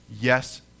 Yes